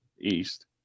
east